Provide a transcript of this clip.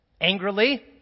angrily